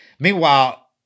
Meanwhile